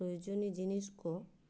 ᱯᱨᱳᱡᱚᱱᱤ ᱡᱤᱱᱤᱥ ᱠᱚ